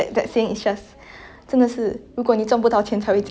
ya ya ya ya seven rings right ya ya ya ya